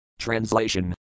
Translation